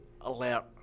alert